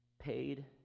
paid